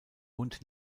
und